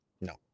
No